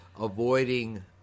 avoiding